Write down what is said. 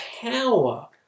power